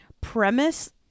premise